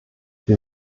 wir